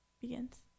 begins